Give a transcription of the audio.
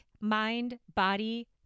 mind-body